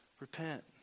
Repent